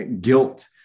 guilt